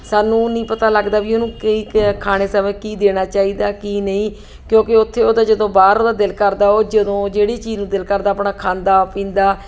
ਸਾਨੂੰ ਨਹੀਂ ਪਤਾ ਲੱਗਦਾ ਵੀ ਉਹਨੂੰ ਕਈ ਕ ਖਾਣੇ ਸਮੇਂ ਕੀ ਦੇਣਾ ਚਾਹੀਦਾ ਕੀ ਨਹੀਂ ਕਿਉਂਕਿ ਉੱਥੇ ਉਹਦਾ ਜਦੋਂ ਬਾਹਰ ਉਹਦਾ ਦਿਲ ਕਰਦਾ ਉਹ ਜਦੋਂ ਜਿਹੜੀ ਚੀਜ਼ ਨੂੰ ਦਿਲ ਕਰਦਾ ਆਪਣਾ ਖਾਂਦਾ ਪੀਂਦਾ